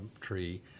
tree